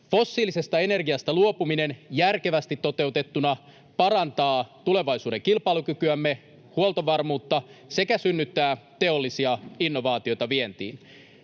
Fossiilisesta energiasta luopuminen, järkevästi toteutettuna, parantaa tulevaisuuden kilpailukykyämme ja huoltovarmuutta sekä synnyttää teollisia innovaatioita vientiin.